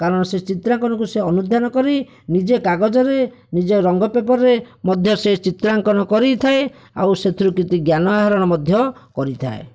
କାରଣ ସେ ଚିତ୍ରାଙ୍କନକୁ ସେ ଅନୁଧ୍ୟାନ କରି ନିଜେ କାଗଜରେ ନିଜ ରଙ୍ଗ ପେପରରେ ମଧ୍ୟ ସେ ଚିତ୍ରାଙ୍କନ କରିଥାଏ ଆଉ ସେଥିରୁ କିଛି ଜ୍ଞାନ ଆହରଣ ମଧ୍ୟ କରିଥାଏ